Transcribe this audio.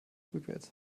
rückwärts